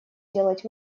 делать